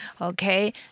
Okay